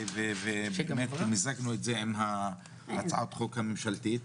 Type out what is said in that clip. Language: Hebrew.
ובאמת מיזגנו את זה עם הצעת החוק הממשלתית.